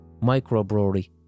microbrewery